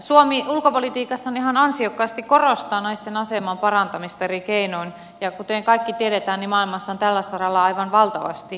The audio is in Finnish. suomi ulkopolitiikassaan ihan ansiokkaasti korostaa naisten aseman parantamista eri keinoin ja kuten kaikki tiedämme niin maailmassa on tällä saralla aivan valtavasti tehtävää